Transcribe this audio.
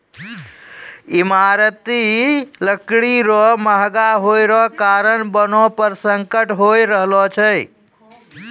ईमारती लकड़ी रो महगा होय रो कारण वनो पर संकट होय रहलो छै